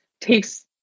takes